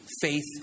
faith